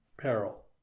peril